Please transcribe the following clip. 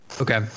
okay